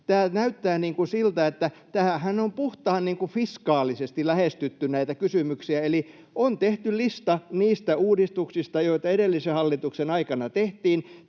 tämä näyttää siltä, että tätähän, näitä kysymyksiä on puhtaan fiskaalisesti lähestytty, eli on tehty lista niistä uudistuksista, joita edellisen hallituksen aikana tehtiin